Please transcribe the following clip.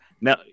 now